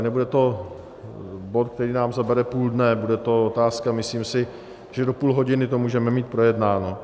Nebude to bod, který nám zabere půl dne, bude to otázka myslím si, že do půl hodiny to můžeme mít projednáno.